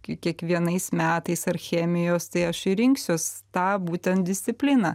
kiekvienais metais ar chemijos tai aš rinksiuos tą būtent discipliną